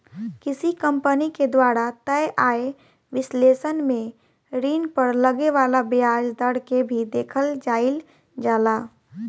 किसी कंपनी के द्वारा तय आय विश्लेषण में ऋण पर लगे वाला ब्याज दर के भी देखल जाइल जाला